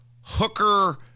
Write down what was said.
hooker